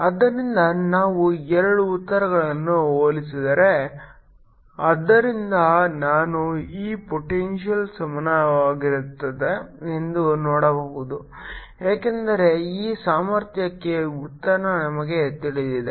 ಆದ್ದರಿಂದ ನಾವು ಎರಡು ಉತ್ತರಗಳನ್ನು ಹೋಲಿಸಿದರೆ ಆದ್ದರಿಂದ ನಾನು ಈ ಪೊಟೆಂಶಿಯಲ್ ಸಮಾನವಾಗಿರುತ್ತದೆ ಎಂದು ನೋಡಬಹುದು ಏಕೆಂದರೆ ಈ ಸಾಮರ್ಥ್ಯಕ್ಕೆ ಉತ್ತರ ನಮಗೆ ತಿಳಿದಿದೆ